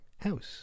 house